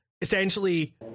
essentially